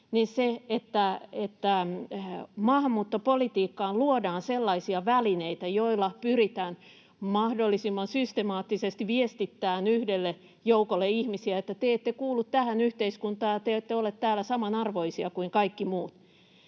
se, että maahanmuuttopolitiikkaan luodaan sellaisia välineitä, joilla pyritään mahdollisimman systemaattisesti viestittämään yhdelle joukolle ihmisiä, että te ette kuulu tähän yhteiskuntaan ja te ette ole täällä samanarvoisia kuin kaikki muut,